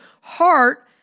heart